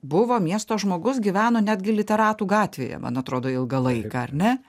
buvo miesto žmogus gyveno netgi literatų gatvėje man atrodo ilgą laiką ar ne